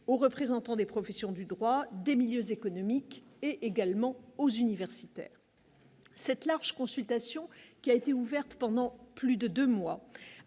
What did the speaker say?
aux représentants des professions du droit des milieux économiques et également aux universitaires. Cette large consultation qui a été ouverte pendant plus de 2 mois,